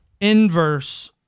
inverse